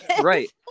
right